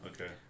okay